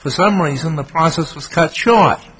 for some reason the process was cut short